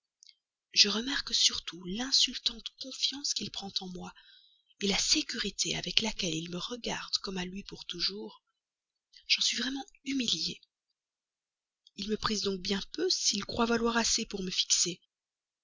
je remarque surtout l'insultante confiance qu'il prend en moi la sécurité avec laquelle il me regarde comme à lui pour toujours j'en suis vraiment humiliée il me prise donc bien peu s'il croit valoir assez pour me fixer